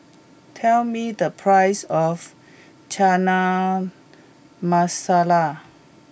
tell me the price of Chana Masala